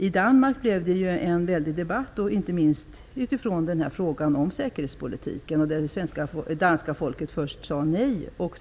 I Danmark blev det en debatt inte minst när det gällde frågan om säkerhetspolitiken. Det danska folket sade först nej.